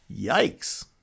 Yikes